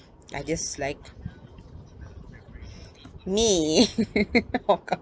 I guess like me